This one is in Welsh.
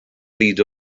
bryd